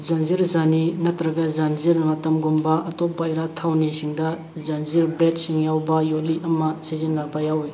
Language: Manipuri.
ꯓꯟꯖꯤꯔ ꯓꯥꯅꯤ ꯅꯠꯇ꯭ꯔꯒ ꯓꯟꯖꯤꯔ ꯃꯇꯝ ꯒꯨꯝꯕ ꯑꯇꯣꯞꯄ ꯏꯔꯥꯠ ꯊꯧꯅꯤ ꯁꯤꯡꯗ ꯓꯟꯖꯤꯔ ꯕ꯭ꯂꯦꯗꯁꯤꯡ ꯌꯥꯎꯕ ꯌꯣꯠꯂꯤ ꯑꯃ ꯁꯤꯖꯤꯟꯅꯕ ꯌꯥꯎꯏ